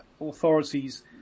authorities